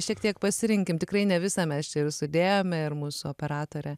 šiek tiek pasirinkim tikrai ne visą mes čia ir sudėjome ir mūsų operatorė